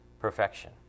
perfection